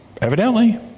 Evidently